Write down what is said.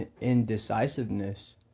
Indecisiveness